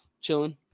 chilling